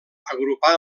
agrupar